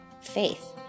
faith